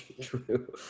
True